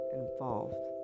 involved